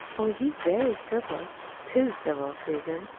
oh, he's very civil too civil, susan.